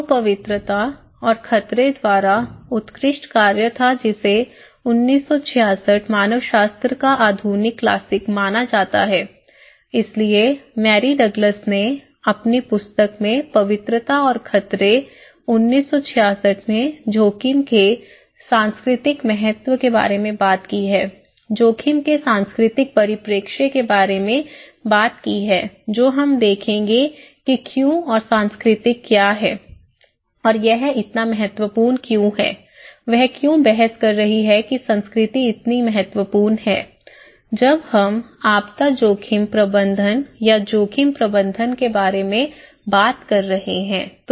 तो पवित्रता और खतरे द्वारा उत्कृष्ट कार्य था जिसे 1966 मानवशास्त्र का आधुनिक क्लासिक माना जाता है इसलिए मैरी डगलस ने अपनी पुस्तक में पवित्रता और खतरे 1966 में जोखिम के सांस्कृतिक महत्व के बारे में बात की है जोखिम के सांस्कृतिक परिप्रेक्ष्य के बारे में बात की है जो हम देखेंगे कि क्यों और संस्कृति क्या है और यह इतना महत्वपूर्ण क्यों है वह क्यों बहस कर रही है कि संस्कृति इतनी महत्वपूर्ण है जब हम आपदा जोखिम प्रबंधन या जोखिम प्रबंधन के बारे में बात कर रहे हैं